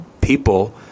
people